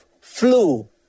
flu